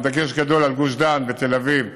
עם דגש גדול על גוש דן ותל אביב,